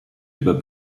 über